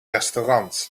restaurant